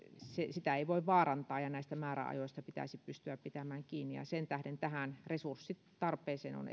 saamista ei voi vaarantaa ja näistä määräajoista pitäisi pystyä pitämään kiinni sen tähden erityisesti tähän resurssitarpeeseen on